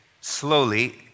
slowly